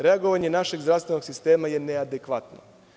Reagovanje našeg zdravstvenog sistema je neadekvatno.